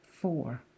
Four